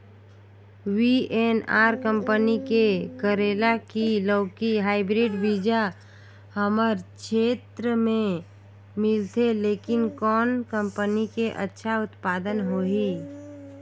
VNR company के करेला की लौकी हाईब्रिड बीजा हमर क्षेत्र मे मिलथे, लेकिन कौन कंपनी के अच्छा उत्पादन होही?